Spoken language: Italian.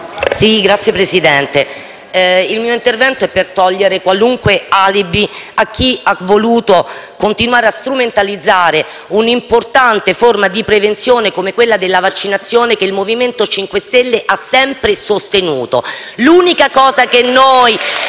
Signor Presidente, il mio intervento è per togliere qualunque alibi a chi ha voluto continuare a strumentalizzare una importante forma di prevenzione come quella della vaccinazione che il MoVimento 5 stelle ha sempre sostenuto. *(Applausi dai